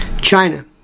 China